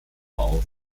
auf